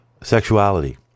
sexuality